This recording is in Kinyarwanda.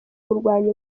kurwanya